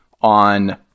on